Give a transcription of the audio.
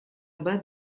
bas